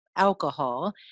alcohol